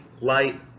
light